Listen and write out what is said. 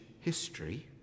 history